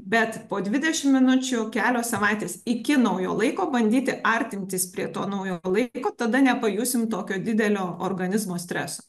bet po dvidešim minučių kelios savaitės iki naujo laiko bandyti artintis prie to naujo laiko tada nepajusim tokio didelio organizmo streso